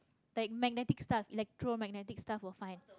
like magnetic stuff electromagnetic stuff were fine